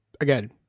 Again